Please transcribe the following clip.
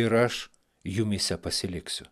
ir aš jumyse pasiliksiu